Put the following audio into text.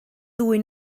ddwy